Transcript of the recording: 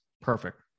Perfect